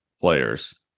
players